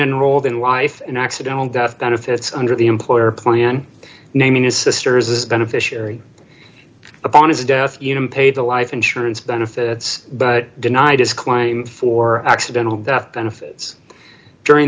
enrolled in life an accidental death benefits under the employer plan naming his sisters as beneficiary upon his death even pay the life insurance benefits but denied his claim for accidental death benefits during